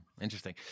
Interesting